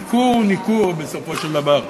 מיקור הוא ניכור, בסופו של דבר.